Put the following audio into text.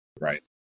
right